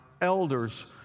elders